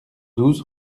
douze